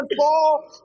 fall